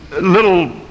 Little